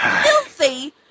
filthy